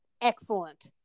excellent